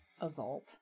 assault